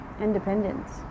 independence